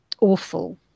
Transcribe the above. awful